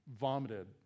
vomited